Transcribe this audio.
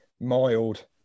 mild